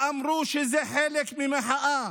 ואמרו שזה חלק ממחאה,